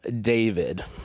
David